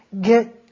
get